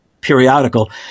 periodical